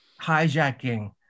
hijacking